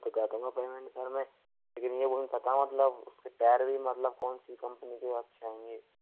tyre भी मतलब कौन सी कंपनी के अच्छे होंगे